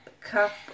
cup